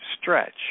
stretch